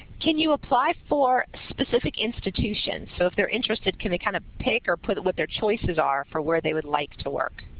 can you apply for a specific institution? so, if they're interested, can they kind of pick or put what their choices are for where they would like to work?